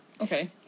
Okay